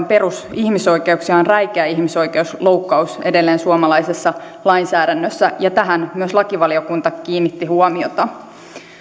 perusihmisoikeuksia on edelleen räikeä ihmisoikeusloukkaus suomalaisessa lainsäädännössä ja tähän myös lakivaliokunta kiinnitti huomiota